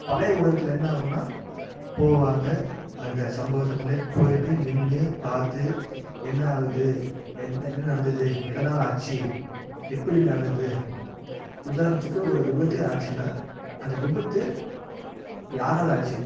பழைய ஊடகத்தில் என்ன ஆகும்னா போவாங்க அந்த சம்பவத்திடத்திலேயே போய்ட்டு நின்று பார்த்து என்ன ஆகுது என்ன என்ன நடந்தது எதனால் ஆச்சு எப்படி நடந்தது உதாரணத்துக்கு ஒரு விபத்து ஆச்சுன்னா அந்த விபத்து யாரால் ஆச்சு